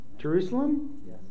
Jerusalem